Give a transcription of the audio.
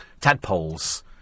tadpoles